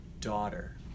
daughter